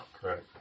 Correct